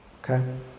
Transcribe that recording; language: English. Okay